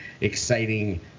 exciting